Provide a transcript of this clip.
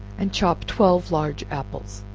and chop twelve large apples,